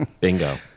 bingo